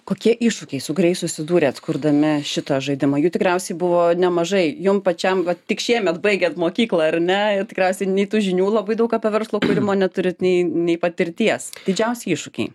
kokie iššūkiai su kuriais susidūrėt kurdami šitą žaidimą jų tikriausiai buvo nemažai jum pačiam vat tik šiemet baigėt mokyklą ar ne i tikriausiai nei tų žinių labai daug apie verslo kūrimą neturit nei nei patirties didžiausi iššūkiai